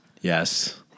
Yes